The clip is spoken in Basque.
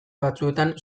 batzuetan